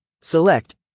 Select